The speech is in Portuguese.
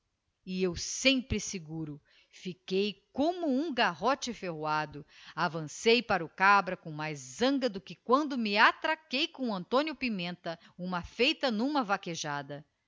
e eu sempre seguro fiquei como um garrote ferroado avancei para o cabra com mais zanga do que quando me atraquei com o antónio pimenta uma feita n'uma